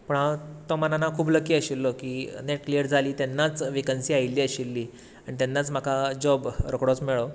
पूण हांव तो मनान हांव खूब लकी आशिल्लो की नेट क्लियर जाली तेन्नाच वेकन्सी आयिल्ली आशिल्ली आनी तेन्नाच म्हाका जाॅब रोखडोच मेळ्ळो